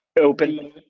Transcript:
Open